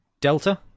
Delta